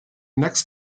next